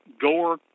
Gore